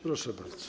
Proszę bardzo.